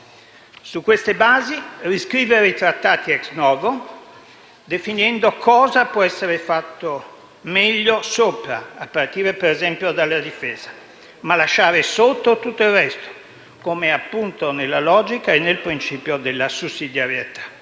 Su queste basi, riscrivere i Trattati *ex novo*, definendo cosa può essere fatto meglio sopra, a partire, per esempio, dalla difesa, ma lasciare sotto tutto il resto, come è appunto nella logica e nel principio della sussidiarietà.